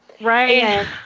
Right